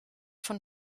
von